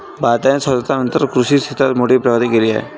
भारताने स्वातंत्र्यानंतर कृषी क्षेत्रात मोठी प्रगती केली आहे